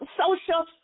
social